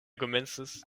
komencis